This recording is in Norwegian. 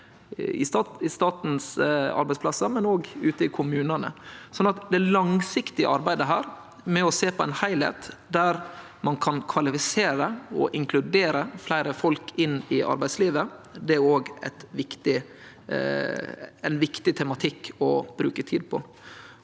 på statlege arbeidsplassar, men også ute i kommunane. Det langsiktige arbeidet med å sjå på ein heilskap der ein kan kvalifisere og inkludere fleire folk inn i arbeidslivet, er ein viktig tematikk å bruke tid på.